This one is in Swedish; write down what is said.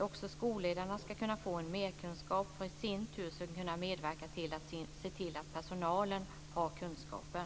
Också skolledarna ska få en merkunskap för att i sin tur kunna medverka till att personalen har kunskaper.